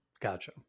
Gotcha